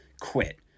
quit